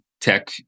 tech